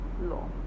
law